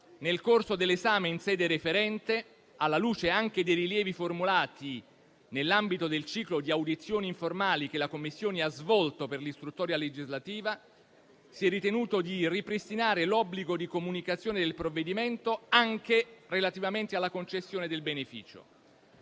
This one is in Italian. Nel corso dell'esame in sede referente, anche alla luce dei rilievi formulati nell'ambito del ciclo di audizioni informali che la Commissione ha svolto per l'istruttoria legislativa, si è ritenuto di ripristinare l'obbligo di comunicazione del provvedimento, anche relativamente alla concessione del beneficio.